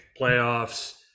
playoffs